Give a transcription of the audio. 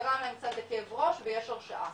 גרם להם קצת לכאב ראש ויש הרשעה.